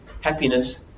happiness